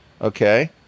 Okay